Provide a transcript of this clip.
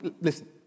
listen